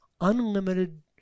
unlimited